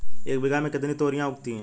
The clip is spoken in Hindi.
एक बीघा में कितनी तोरियां उगती हैं?